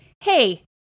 hey